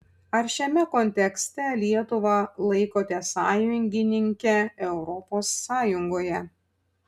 ar šiame kontekste lietuvą laikote sąjungininke europos sąjungoje